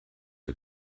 are